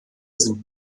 sind